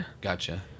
Gotcha